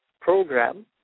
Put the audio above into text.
program